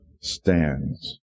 stands